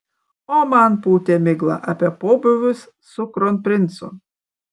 o man pūtė miglą apie pobūvius su kronprincu